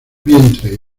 vientre